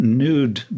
nude